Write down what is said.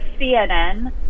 CNN